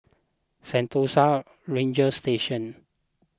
Sentosa Ranger Station